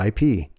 IP